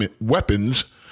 weapons